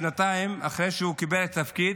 שנתיים אחרי שהוא קיבל את התפקיד,